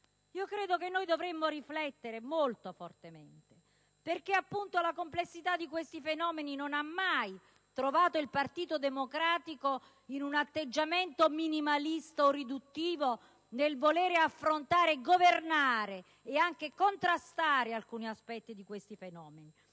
Credo che dovremmo riflettere molto approfonditamente, perché la complessità di questi fenomeni non ha mai trovato il Partito Democratico in un atteggiamento minimalista o riduttivo nel voler affrontare, governare e anche contrastare alcuni aspetti degli stessi.